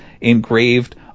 engraved